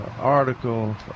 article